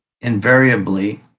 invariably